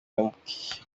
yamubwiye